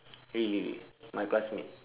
really really my classmate